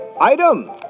Item